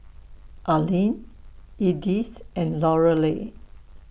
Arline Edythe and Lorelei